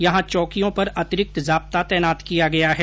यहां चौकियों पर अतिरिक्त जाब्ता तैनात किया गया है